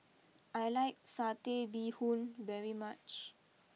I like Satay Bee Hoon very much